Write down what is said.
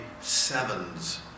sevens